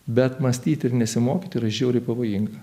bet mąstyti ir nesimokyti yra žiauriai pavojinga